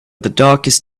darkest